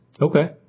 Okay